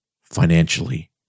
Financially